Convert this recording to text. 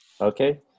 Okay